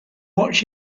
watch